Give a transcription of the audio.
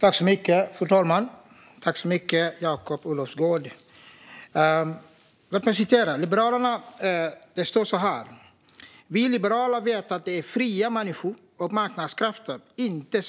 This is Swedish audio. Fru talman! Låt mig citera vad Liberalerna säger i sitt särskilda yttrande: "Det är fria människor och marknadskrafter, inte